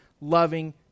loving